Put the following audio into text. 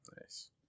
Nice